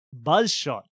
Buzzshot